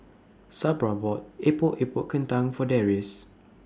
Sabra bought Epok Epok Kentang For Darrius